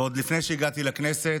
עוד לפני שהגעתי לכנסת,